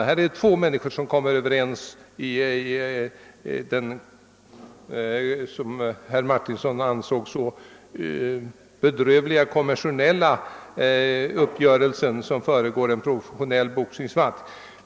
I detta fall har två människor kommit överens i den enligt herr Martinsson så bedrövliga konventionella uppgörelse som föregår en professionell boxningsmatch.